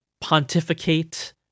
pontificate